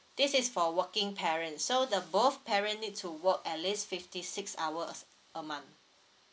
this is for working parents so the both parent need to work at least fifty six hours a month